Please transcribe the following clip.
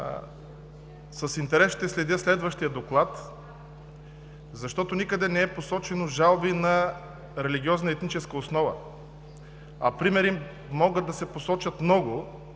с интерес ще следя следващия доклад, защото никъде не е посочено жалби на религиозна етническа основа, а примери могат да се посочат много